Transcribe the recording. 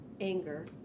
anger